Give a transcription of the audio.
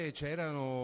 c'erano